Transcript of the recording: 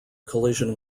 collision